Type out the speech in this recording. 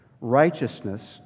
righteousness